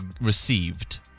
received